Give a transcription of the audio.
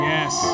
Yes